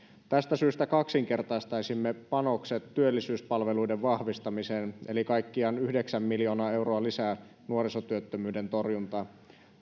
tästä syystä kaksinkertaistaisimme panokset työllisyyspalveluiden vahvistamiseen eli lisäisimme kaikkiaan yhdeksän miljoonaa euroa nuorisotyöttömyyden torjuntaan